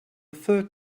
third